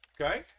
Okay